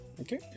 okay